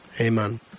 Amen